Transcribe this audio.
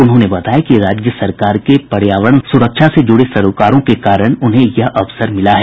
उन्होंने बताया कि राज्य सरकार के पर्यावरण सुरक्षा से जुड़े सरोकारों के कारण उन्हें यह अवसर मिला है